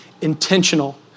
intentional